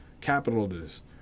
capitalist